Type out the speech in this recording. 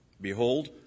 Behold